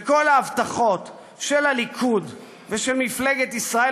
וכל ההבטחות של הליכוד ושל מפלגת ישראל